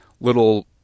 little